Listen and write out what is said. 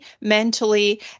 mentally